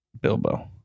Bilbo